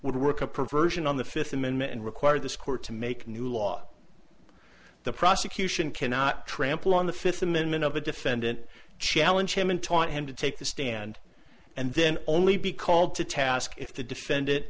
would work a perversion on the fifth amendment and require this court to make new law the prosecution cannot trample on the fifth amendment of a defendant challenge him and taunt him to take the stand and then only be called to task if the defend